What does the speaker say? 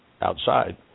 outside